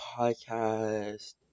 podcast